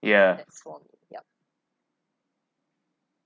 ya